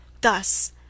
thus